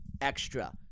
extra